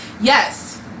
yes